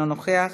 אינו נוכח,